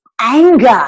anger